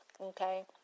okay